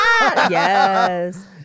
yes